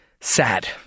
sad